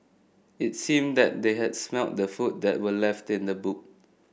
it seemed that they had smelt the food that were left in the boot